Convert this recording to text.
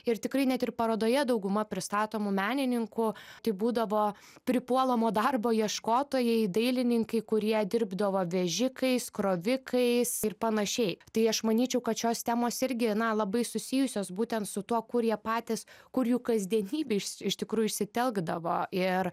ir tikrai net ir parodoje dauguma pristatomų menininkų tai būdavo pripuolamo darbo ieškotojai dailininkai kurie dirbdavo vežikais krovikais ir panašiai tai aš manyčiau kad šios temos irgi na labai susijusios būtent su tuo kur ie patys kur jų kasdienybė iš iš tikrųjų išsitelkdavo ir